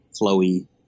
flowy